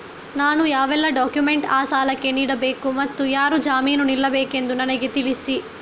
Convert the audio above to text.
ನಾನು ಯಾವೆಲ್ಲ ಡಾಕ್ಯುಮೆಂಟ್ ಆ ಸಾಲಕ್ಕೆ ನೀಡಬೇಕು ಮತ್ತು ಯಾರು ಜಾಮೀನು ನಿಲ್ಲಬೇಕೆಂದು ನನಗೆ ತಿಳಿಸಿ?